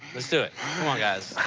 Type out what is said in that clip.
lets do it. come on guys.